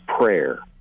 prayer